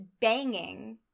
banging